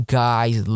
guys